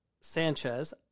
Sanchez